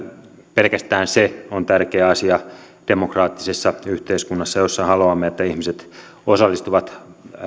pelkästään se on tärkeä asia demokraattisessa yhteiskunnassa jossa haluamme että ihmiset osallistuvat